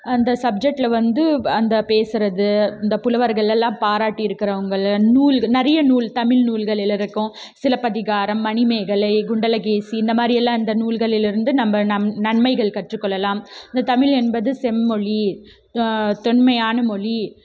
அந்த சப்ஜெக்ட்டில் வந்து அந்த பேசுவது அந்த புலவர்கள் எல்லாம் பாராட்டி இருக்கிறவங்கள நூல் நிறைய நூல் தமிழ் நூல்களிலிருக்கும் சிலப்பதிகாரம் மணிமேகலை குண்டலகேசி இந்த மாதிரி எல்லாம் அந்த நூல்களில் இருந்து நம்ம நன்மைகள் கற்றுக் கொள்ளலாம் இந்த தமிழ் என்பது செம்மொழி தொன்மையான மொழி